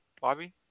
Bobby